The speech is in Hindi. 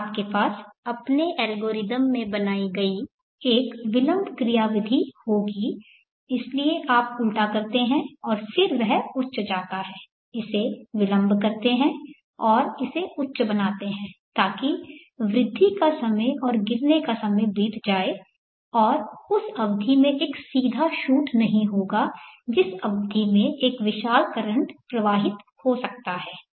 आपके पास अपने एल्गोरिथ्म में बनाई गई एक विलंब क्रियाविधि होगी इसलिए आप उल्टा करते हैं और फिर वह उच्च जाता है इसे विलंब करते हैं और इसे उच्च बनाते हैं ताकि वृद्धि का समय और गिरने का समय बीत जाए और उस अवधि में एक सीधा शूट नहीं होगा जिस अवधि में एक विशाल करंट प्रवाहित हो सकता है